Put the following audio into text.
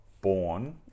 born